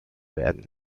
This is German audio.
werden